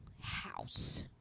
house